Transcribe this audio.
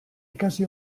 ikasi